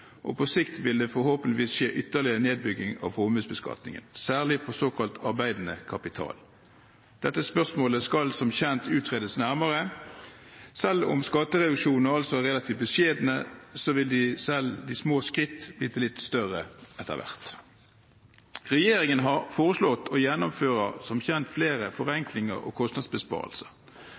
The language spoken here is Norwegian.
og på sikt vil det forhåpentligvis skje en ytterligere nedbygging av formuesbeskatningen, særlig på såkalt arbeidende kapital. Dette spørsmålet skal som kjent utredes nærmere. Selv om skattereduksjonene er relativt beskjedne, vil selv de små skritt bli til litt større etter hvert. Regjeringen har foreslått og gjennomfører som kjent flere forenklinger og